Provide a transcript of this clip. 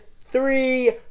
three